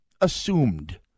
assumed